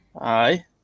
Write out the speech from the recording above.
Aye